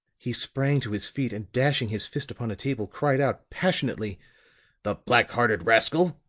he sprang to his feet and dashing his fist upon a table, cried out, passionately the black-hearted rascal!